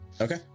Okay